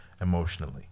emotionally